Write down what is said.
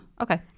okay